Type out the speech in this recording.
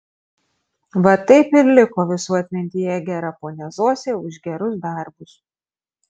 va taip ir liko visų atmintyje gera ponia zosė už gerus darbus